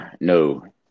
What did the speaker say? No